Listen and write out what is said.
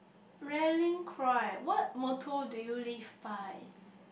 rallying cry what motto do you live by